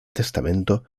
testamento